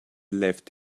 left